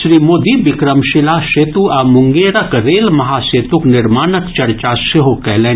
श्री मोदी विक्रमशीला सेतु आ मुंगेरक रेल महासेतुक निर्माणक चर्चा सेहो कयलनि